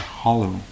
Hollow